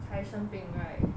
才生病 right